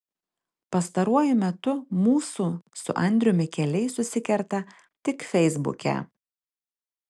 pastaruoju metu mūsų su andriumi keliai susikerta tik feisbuke